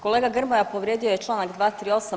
Kolega Grmoja povrijedio je članak 238.